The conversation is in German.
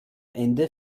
ende